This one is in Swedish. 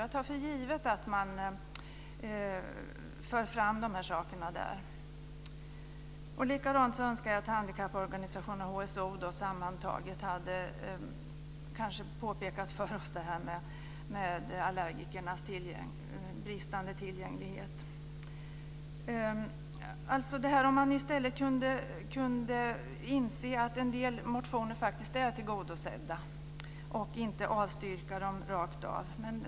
Jag tar för givet att man för fram sina krav i det sammanhanget. Jag önskar likaledes att Handikappförbundens Samarbetsorgan, HSO, för oss kunde ha påtalat den bristande tillgängligheten för allergiker. Man borde kunna inse att en del motionskrav faktiskt är tillgodosedda och inte avstyrkta rakt av.